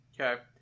Okay